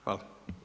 Hvala.